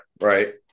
right